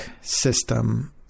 system